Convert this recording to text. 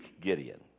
Gideon